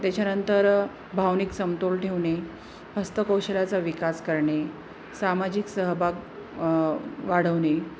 त्याच्यानंतर भावनिक समतोल ठेवणे हस्तकौशल्याचा विकास करणे सामाजिक सहभाग वाढवणे